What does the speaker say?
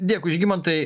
dėkui žygimantai